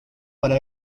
para